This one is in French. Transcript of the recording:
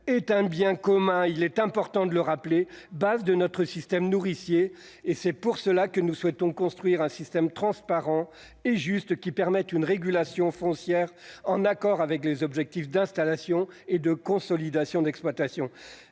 est un bien commun, il est important de le rappeler, base de notre système nourricier. C'est pour cette raison que nous souhaitons construire un système transparent et juste permettant une régulation foncière accordée à nos objectifs en matière d'installation et de consolidation des exploitations.